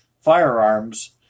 firearms